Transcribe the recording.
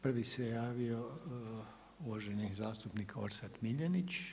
Prvi se javio uvaženi zastupnik Orsat Miljenić.